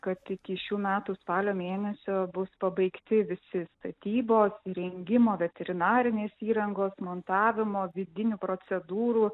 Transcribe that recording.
kad iki šių metų spalio mėnesio bus pabaigti visi statybos rengimo veterinarinės įrangos montavimo vidinių procedūrų